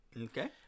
Okay